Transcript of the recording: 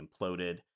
imploded